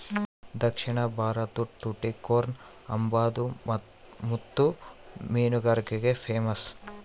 ದಕ್ಷಿಣ ಭಾರತುದ್ ಟುಟಿಕೋರ್ನ್ ಅಂಬಾದು ಮುತ್ತು ಮೀನುಗಾರಿಕ್ಗೆ ಪೇಮಸ್ಸು